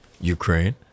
Ukraine